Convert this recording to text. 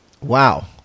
Wow